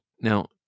Now